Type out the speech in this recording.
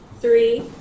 Three